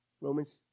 Romans